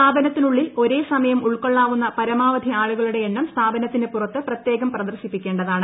സ്ഥാപനത്തിനുള്ളിൽ ഒരേ സമയം ഉൾക്കൊള്ളാവുന്ന ് പരമാവധി ആളുകളുടെ എണ്ണം സ്ഥാപനത്തിനു പുറത്ത് പ്രത്യേകം പ്രദർശിപ്പിക്കേണ്ടതാണ്